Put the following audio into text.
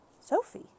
Sophie